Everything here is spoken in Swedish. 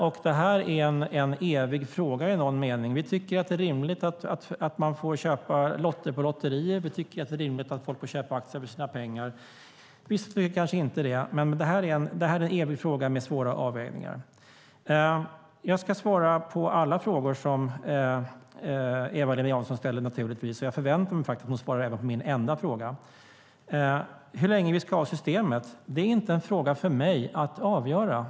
Det är i någon mening en evig fråga. Vi tycker att det är rimligt att man får köpa lotter i lotterier, och vi tycker att det är rimligt att folk får köpa aktier för sina pengar. Vissa tycker kanske inte det. Det här är en evig fråga med svåra avvägningar. Jag ska naturligtvis svara på alla frågor som Eva-Lena Jansson ställde, och jag förväntar mig att hon svarar på min enda fråga. Hur länge vi ska ha systemet är inte en fråga för mig att avgöra.